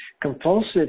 Compulsive